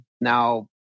now